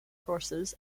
courses